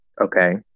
Okay